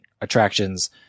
attractions